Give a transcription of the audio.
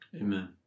Amen